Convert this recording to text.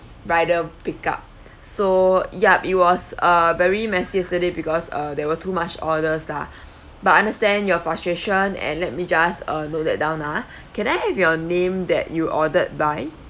rider pick up so yup it was uh very messy yesterday because uh there were too much orders lah but I understand your frustration and let me just uh note that down ah can I have your name that you ordered by